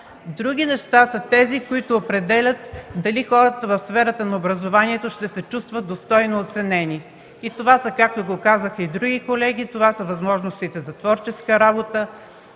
Други неща са тези, които определят дали хората в сферата на образованието ще се чувстват достойно оценени. Както казаха и други колеги, това са възможностите за творческа работа,